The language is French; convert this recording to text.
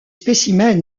spécimens